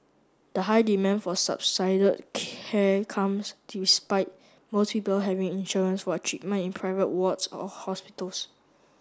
the high demand for care comes despite most people having insurance for treatment in private wards or hospitals